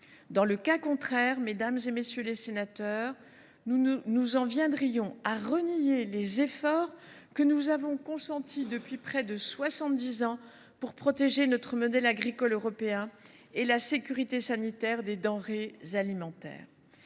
Dans le cas contraire, mesdames, messieurs les sénateurs, nous en viendrions à renier les efforts que nous avons consentis, depuis près de soixante dix ans, pour protéger notre modèle agricole européen et la sécurité sanitaire des denrées alimentaires.